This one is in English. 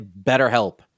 BetterHelp